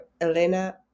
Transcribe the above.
Elena